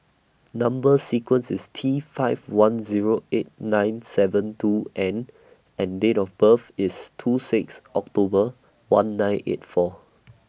Number sequence IS T five one Zero eight nine seven two N and Date of birth IS two six October one nine eight four